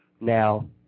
Now